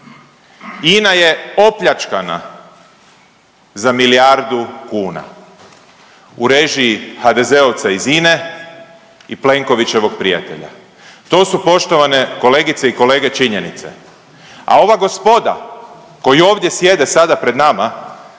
INA je opljačkana za milijardu kuna u režiji HDZ-ovca iz INA-e i Plenkovićevog prijatelja. To su, poštovane kolegice i kolege, činjenice. A ova gospoda koji ovdje sjede sada pred nama